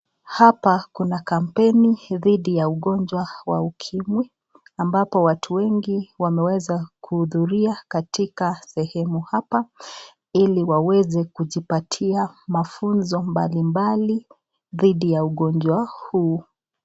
Hapa kuna kampeni ya ugonjwa wa ukimwi, ambapo watu wengi wameweza kuhudhuria katika sehemu hapa, ili waweze kujipatia mafunzo mbalimbali dhidi ya ugonjwa huu.